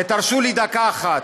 ותרשו לי דקה אחת,